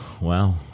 Wow